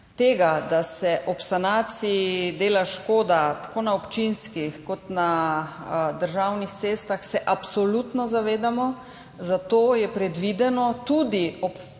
da se ob sanaciji dela škoda tako na občinskih kot na državnih cestah, se absolutno zavedamo, zato je predvideno, so ob